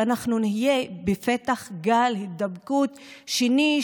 ואנחנו נהיה בפתח של גל הידבקות שני,